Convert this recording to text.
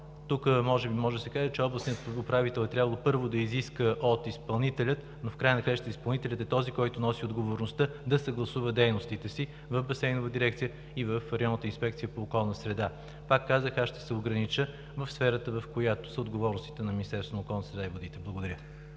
Тук може да се каже, че областният управител е трябвало, първо, да изиска от изпълнителя, но в края на краищата изпълнителят е този, който носи отговорността, да съгласува дейностите си в Басейнова дирекция и в Районната инспекция по околна среда. Пак казах, аз ще се огранича в сферата, в която са отговорностите на Министерството на околната среда и водите. Благодаря.